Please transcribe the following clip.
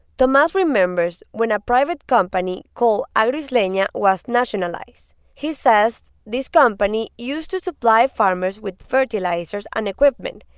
tomas remembers when a private company called agroislena yeah was nationalized. he says this company used to supply farmers with fertilizers and equipment.